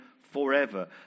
forever